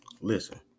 Listen